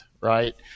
right